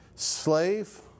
Slave